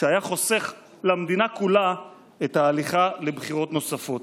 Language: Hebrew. שהיה חוסך למדינה כולה את ההליכה לבחירות נוספות.